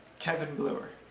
kevin bluer